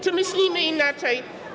Czy myślimy inaczej?